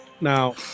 Now